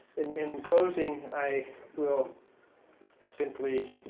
in in closing, i will simply